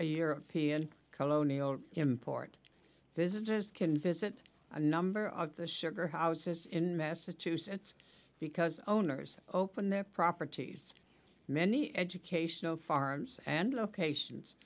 a european colonial import visitors can visit a number of the sugar houses in massachusetts because owners open their properties many educational farms and locations